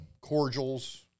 Cordials